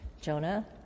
Jonah